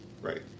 Right